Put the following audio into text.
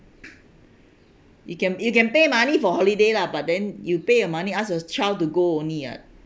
you can you can pay money for holiday lah but then you pay your money ask your child to go only ya